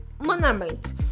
monument